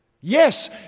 Yes